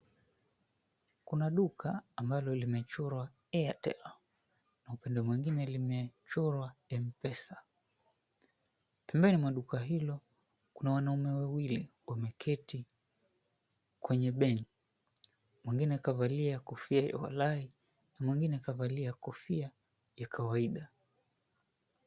Kuna duka ambalo limechorwa Airtel na upande mwingine limechorwa Mpesa. Pembeni mwa duka hilo kuna wanaume wawili wameketi kwenye benji. Mwengine kavalia kofia ya walai na mwengine kuvalia kofia ya kawaida.